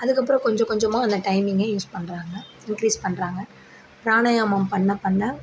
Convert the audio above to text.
அதுக்கப்புறம் கொஞ்சம் கொஞ்சமாக அந்த டைமிங்கை யூஸ் பண்ணுறாங்க யூட்டிலைஸ் பண்ணுறாங்க ப்ராணாயாமம் பண்ண பண்ண